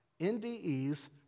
NDE's